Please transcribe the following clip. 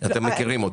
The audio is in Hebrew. אתם מכירים אותו.